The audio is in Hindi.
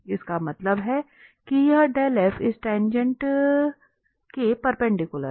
इसका मतलब है कि यह इस टाँगेँट के परपेंडिकुलर है